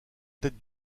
tête